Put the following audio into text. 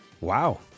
Wow